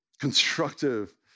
constructive